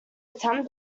attend